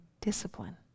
discipline